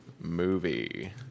movie